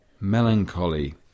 melancholy